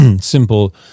simple